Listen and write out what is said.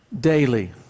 daily